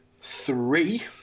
three